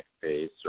face